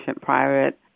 private